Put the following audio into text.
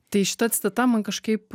tai šita citata man kažkaip